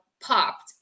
popped